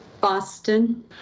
Boston